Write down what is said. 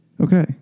Okay